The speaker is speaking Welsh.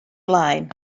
blaen